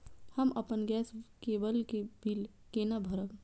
हम अपन गैस केवल के बिल केना भरब?